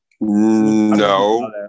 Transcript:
no